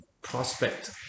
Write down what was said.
prospect